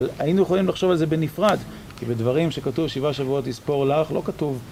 היינו יכולים לחשוב על זה בנפרד, כי בדברים שכתוב שבעה שבועות יספור לך לא כתוב